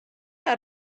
how